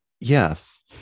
yes